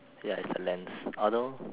ya it's the lens although